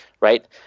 Right